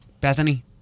Bethany